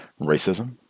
racism